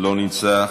לא נמצא,